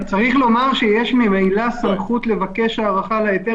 צריך לומר שיש ממילא סמכות לבקש הארכה להיתר